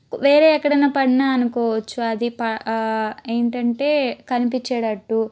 వేరే ఎక్కడన పడిన అనుకోవచ్చు అది పా అ ఏంటంటే కనిపించేడట్టు